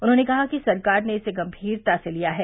उन्होंने कहा कि सरकार ने इसे गंभीरता से लिया है